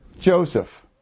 Joseph